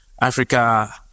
Africa